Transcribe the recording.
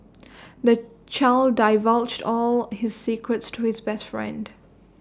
the child divulged all his secrets to his best friend